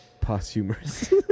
Posthumous